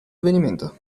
avvenimento